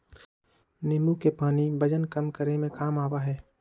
नींबू के पानी वजन कम करे में काम आवा हई